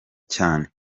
cyane